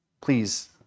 Please